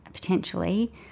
potentially